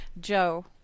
Joe